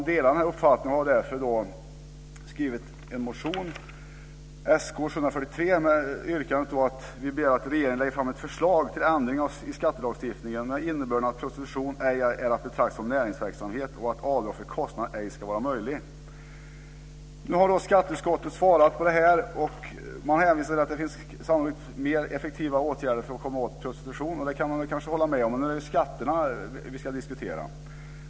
Vi delar den uppfattningen och vi har därför väckt en motion, Sk743, med yrkandet att vi begär att regeringen ska lägga fram ett förslag till ändring av skattelagstiftningen med innebörden att prostitution ej är att betrakta som näringsverksamhet och att avdrag för kostnaderna ej ska vara möjlig. Skatteutskottet har nu behandlat motionen. Man hänvisar till att det finns mer effektiva åtgärder för att komma åt prostitution, och det kan man väl hålla med om, men nu är det skatterna som vi ska diskutera.